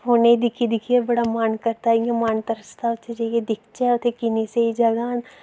फोने च दिक्खी दिक्खियै बड़ा मन करदा इ'यां मन तरसदा उत्थै जाइयै दिक्खचै उत्थै किन्नी स्हेई जगह् न